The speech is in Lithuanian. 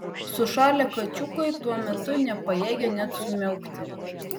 sušalę kačiukai tuo metu nepajėgė net sumiaukti